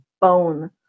bone